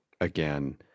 again